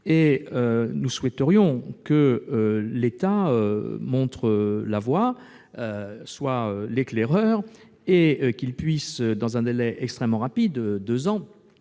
nous souhaiterions que l'État montre la voie, qu'il soit l'éclaireur et qu'il puisse dans un délai extrêmement rapide- deux ans